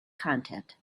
content